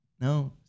no